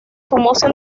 famosa